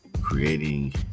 creating